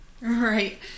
right